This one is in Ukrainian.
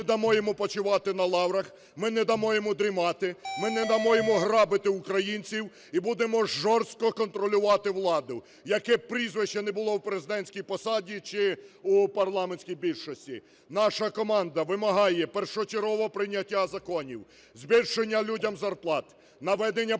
ми не дамо йому почивати на лаврах, ми не дамо йому дрімати, ми не дамо йому грабити українців і будемо жорстко контролювати владу, яке б прізвище не було в президентській посаді чи у парламентській більшості. Наша команда вимагає першочергового прийняття законів, збільшення людям зарплат, наведення порядку